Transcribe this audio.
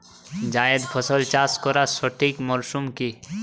জায়েদ ফসল চাষ করার সঠিক মরশুম কি?